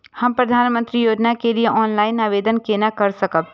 हम प्रधानमंत्री योजना के लिए ऑनलाइन आवेदन केना कर सकब?